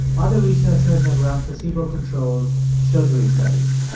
other researchers have run placebo-controlled surgery studies.